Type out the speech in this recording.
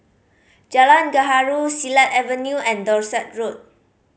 Jalan Gaharu Silat Avenue and Dorset Road